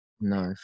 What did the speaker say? No